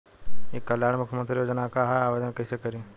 ई कल्याण मुख्यमंत्री योजना का है और आवेदन कईसे करी?